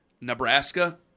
Nebraska